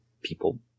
people